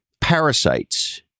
parasites